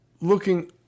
looking